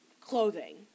clothing